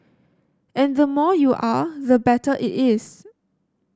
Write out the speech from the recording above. and the more you are the better it is